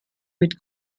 mit